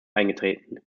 eingetreten